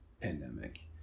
pandemic